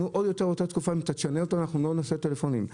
אם תשנה את זה אנחנו לא נחזיק טלפונים.